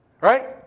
Right